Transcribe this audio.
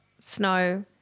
snow